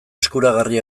eskuragarri